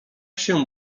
się